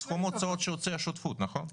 סכום ההוצאות שהוציאה השותפות, נכון?